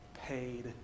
paid